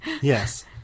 Yes